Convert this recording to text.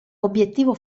obiettivo